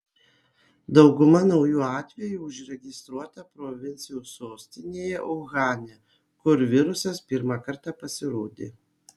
dauguma naujų atvejų užregistruota provincijos sostinėje uhane kur virusas pirmą kartą pasirodė